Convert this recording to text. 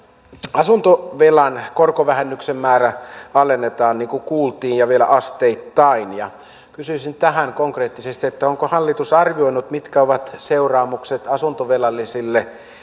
asuntovelan korkovähennyksen määrää alennetaan niin kuin kuultiin ja vielä asteittain kysyisin tähän liittyen konkreettisesti onko hallitus arvioinut mitkä ovat seuraamukset asuntovelallisille